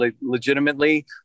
legitimately